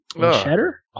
cheddar